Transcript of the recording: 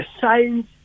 science